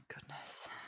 goodness